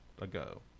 ago